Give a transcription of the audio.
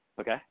Okay